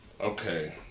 okay